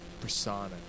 persona